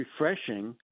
refreshing